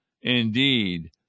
indeed